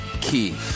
key